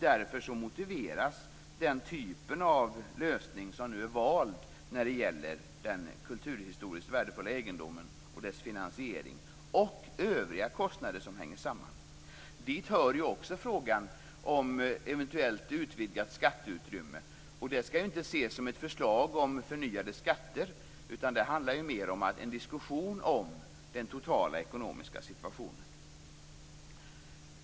Detta motiverar den typ av lösning som nu är vald när det gäller den kulturhistoriskt värdefulla egendomen och dess finansiering och övriga kostnader som hänger samman med detta. Dit hör ju också frågan om ett eventuellt utvidgat skatteutrymme. Det skall inte ses som ett förslag om förnyade skatter, utan det handlar mer om en diskussion om den totala ekonomiska situationen.